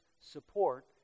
support